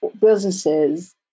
businesses